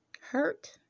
Hurt